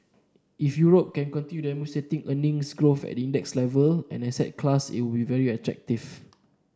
if Europe can continue demonstrating earnings growth at index level as an asset class it will very attractive